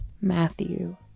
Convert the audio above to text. Matthew